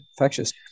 infectious